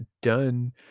done